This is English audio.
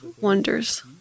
wonders